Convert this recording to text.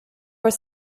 was